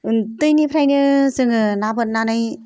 उन्दैनिफ्रायनो जोङो ना बोननानै